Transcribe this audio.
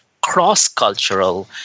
cross-cultural